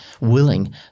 willing